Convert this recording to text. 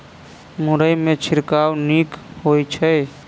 मुरई मे छिड़काव नीक होइ छै?